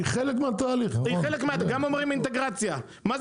מה זה אינטגרציה?